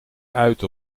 uit